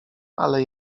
ale